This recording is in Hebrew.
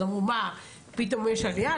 אז אמרו: מה, פתאום יש עלייה?